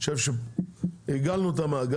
אני חושב שעיגלנו את המעגל.